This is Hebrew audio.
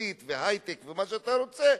וחברתית והיי-טק ומה שאתה רוצה,